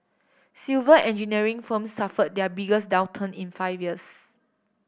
civil engineering firms suffered their biggest downturn in five years